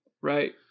right